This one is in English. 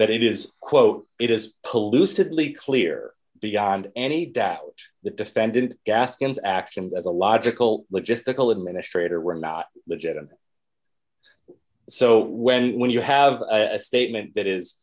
that it is quote it is polluted lee clear beyond any doubt the defendant gaskins actions as a logical logistical administrator were not legitimate so when when you have a statement that is